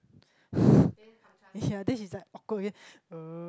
yeah then she's like awkward again uh